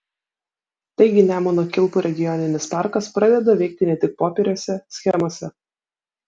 taigi nemuno kilpų regioninis parkas pradeda veikti ne tik popieriuose schemose